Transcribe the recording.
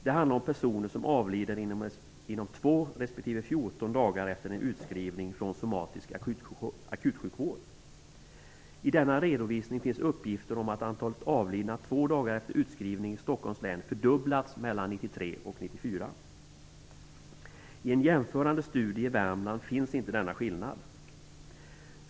Det handlar om personer som avlider inom 2 respektive I denna redovisning finns det uppgifter om att antalet avlidna i Stockholms län 2 dagar efter utskrivning fördubblats mellan 1993 och 1994. I en jämförande studie i Värmland finns inte denna skillnad.